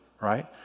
right